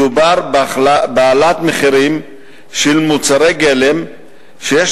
מדובר בהעלאת מחירים של מוצרי גלם שיש